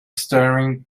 staring